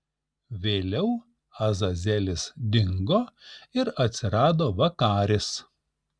vėliau azazelis dingo ir atsirado vakaris